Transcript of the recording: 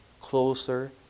closer